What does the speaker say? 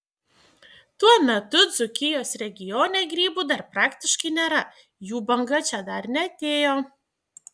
tuo metu dzūkijos regione grybų dar praktiškai nėra jų banga čia dar neatėjo